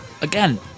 Again